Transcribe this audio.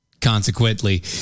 Consequently